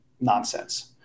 nonsense